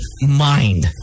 mind